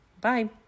Bye